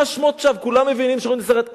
כולם מבינים כשרואים את הסרט.